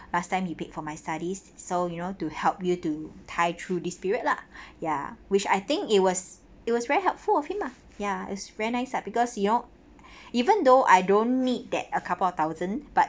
last time you paid for my studies so you know to help you to tide through this period lah ya which I think it was it was very helpful of him lah ya it's very nice lah because you know even though I don't need that a couple of thousand but